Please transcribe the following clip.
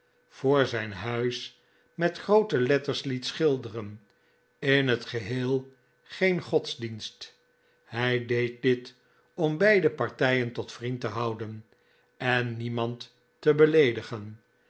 voor zijn huis met groote letters het schilderen in het geheel geen godsdienst hij deedt dit om beide partijen tot vriend te houden en niemand te beleedigen